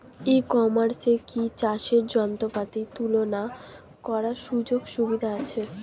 ই কমার্সে কি চাষের যন্ত্রপাতি তুলনা করার সুযোগ সুবিধা আছে?